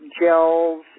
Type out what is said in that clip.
gels